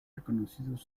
reconocidos